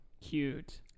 Cute